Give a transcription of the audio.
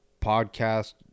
podcast